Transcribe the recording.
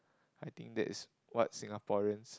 I think that is what Singaporeans